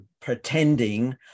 pretending